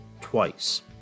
twice